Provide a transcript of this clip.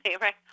right